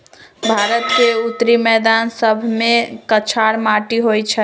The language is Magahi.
भारत के उत्तरी मैदान सभमें कछार माटि होइ छइ